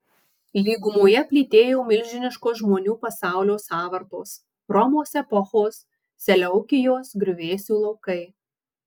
lygumoje plytėjo milžiniškos žmonių pasaulio sąvartos romos epochos seleukijos griuvėsių laukai